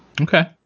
Okay